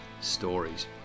stories